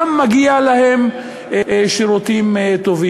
גם להם מגיע שירותים טובים.